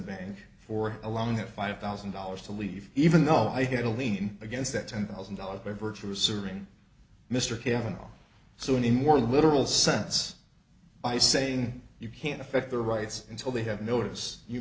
bank for a longer five thousand dollars to leave even though i had a lien against that ten thousand dollars by virtue of serving mr cavanaugh so in a more literal sense by saying you can affect their rights until they have notice you